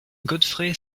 godfrey